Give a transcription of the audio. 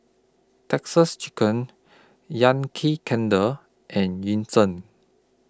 Texas Chicken Yankee Candle and Yishion